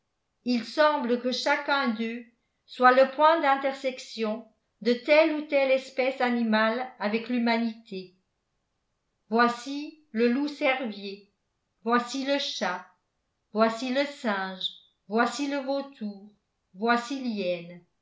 il semble que chacun d'eux soit le point d'intersection de telle ou telle espèce animale avec l'humanité voici le loup-cervier voici le chat voici le singe voici le vautour voici